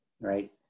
right